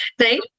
right